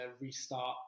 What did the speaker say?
restart